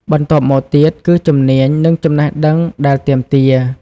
បន្ទាប់មកទៀតគឺ ជំនាញ និងចំណេះដឹង ដែលទាមទារ។